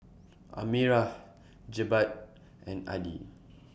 Amirah Jebat and Adi